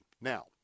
Now